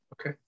Okay